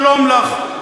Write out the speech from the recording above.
שלום לך.